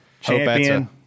Champion